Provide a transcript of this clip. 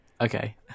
Okay